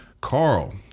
Carl